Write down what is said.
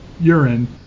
urine